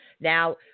Now